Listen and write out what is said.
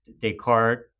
Descartes